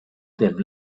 their